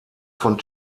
von